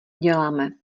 děláme